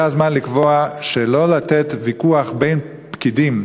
זה הזמן לקבוע שלא לתת לוויכוח בין פקידים,